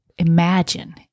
Imagine